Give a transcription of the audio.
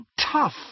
tough